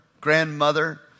grandmother